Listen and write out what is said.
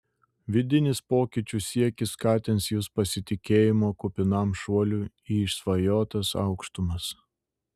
vidinis pokyčių siekis skatins jus pasitikėjimo kupinam šuoliui į išsvajotas aukštumas